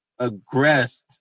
aggressed